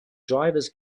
drivers